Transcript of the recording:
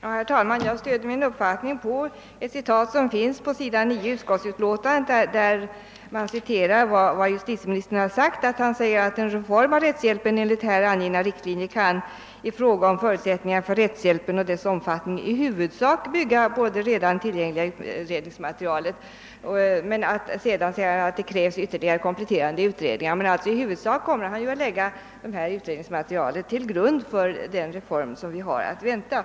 Herr talman! Jag stöder min uppfaltning på ett uttalande av justitieministern, som citeras på s. 9 i utskottsutlåtandet: »En reform av rättshjälpen enligt här angivna riktlinjer kan i fråga om förutsättningarna för rättshjälpen och dess omfattning i huvudsak bygga på redan tillgängligt utredningsmate rial.« Han tillägger att det krävs ytterligare kompletterande utredning men att han i huvudsak kommer att lägga detta utredningsmaterial till grund för den reform som vi har att vänta.